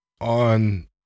On